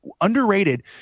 underrated